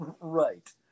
Right